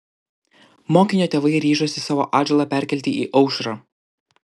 mokinio tėvai ryžosi savo atžalą perkelti į aušrą